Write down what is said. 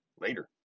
Later